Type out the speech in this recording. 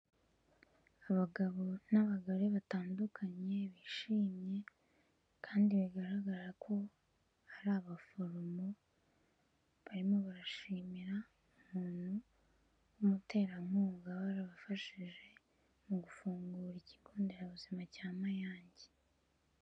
Abagabo n'abagore batandukanye bishimye kandi bigaragara ko hari abaforomo, barimo barashimira umuntu w'umuterankunga, waba warabafashije mu gufungura ikigo nderabuzima cya Mayange.